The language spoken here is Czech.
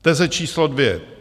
Teze číslo dvě.